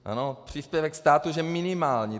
Ano, příspěvek státu, že minimální.